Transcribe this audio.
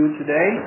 today